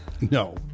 No